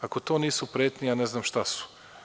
Ako to nisu pretnje, ja ne znam šta su.